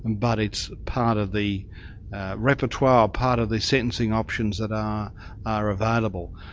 and but it's part of the repertoire, part of the sentencing options that are are available.